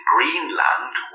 Greenland